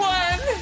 one